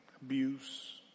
abuse